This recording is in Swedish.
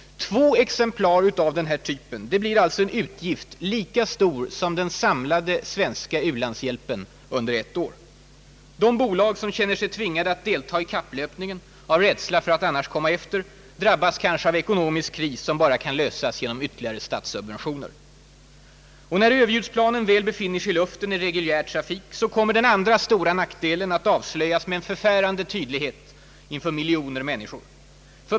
Två exemplar av denna typ innebär alltså en utgift lika stor som den samlade svenska u-landshjälpen under ett år. De bolag som känner sig tvingade att delta i kapplöpningen av rädsla för att annars komma efter drabbas kanske av en ekonomisk kris som bara kan lösas genom ytterligare statssubventioner. Och när Ööverljudsplanen väl befinner sig i luften i reguljär trafik kommer den andra stora nackdelen att avslöjas med en förfärande tydlighet inför miljoner människor.